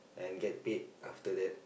and get paid after that